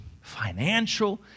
financial